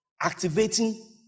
activating